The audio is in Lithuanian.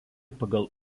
pagal